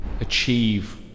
Achieve